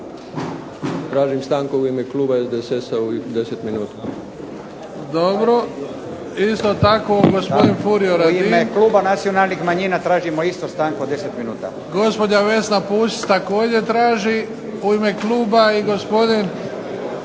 u ime kluba i gospodin,